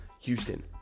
Houston